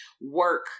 work